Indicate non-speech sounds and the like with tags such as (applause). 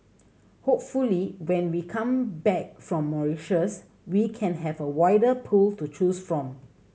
hopefully when we come back from (unintelligible) we can have a wider pool to choose from